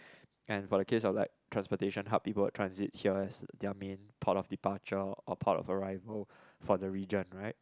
and for the case of like transportation hub people will transit here there mean a part of departure or part of arrival for the region right